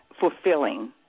fulfilling